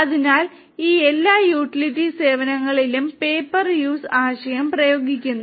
അതിനാൽ ഈ എല്ലാ യൂട്ടിലിറ്റി സേവനങ്ങളിലും പേ പെർ യൂസ് ആശയം പ്രയോഗിക്കുന്നു